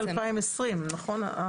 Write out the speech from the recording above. המצלמות נכנסו ב-1 בספטמבר 2020, נכון?